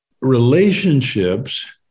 relationships